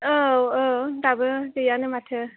औ औ दाबो गैयानो माथो